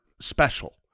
special